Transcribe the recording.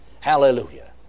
Hallelujah